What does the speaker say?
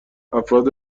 افراد